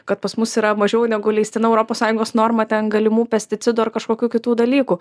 kad pas mus yra mažiau negu leistina europos sąjungos norma ten galimų pesticidų ar kažkokių kitų dalykų